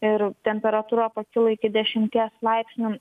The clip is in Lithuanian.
ir temperatūra pakilo iki dešimties laipsnių